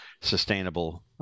sustainable